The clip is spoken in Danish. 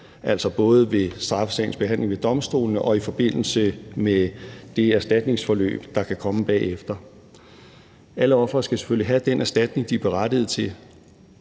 altså både ved straffesagens behandling ved domstolene og i forbindelse med det erstatningsforløb, der kan komme bagefter. Alle ofre skal selvfølgelig have den erstatning, de er berettiget til.